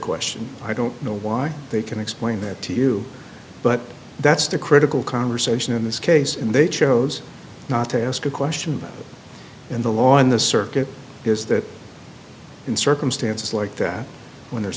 question i don't know why they can explain that to you but that's the critical conversation in this case and they chose not to ask a question in the law in the circuit is that in circumstances like that when there